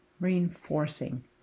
reinforcing